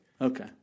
Okay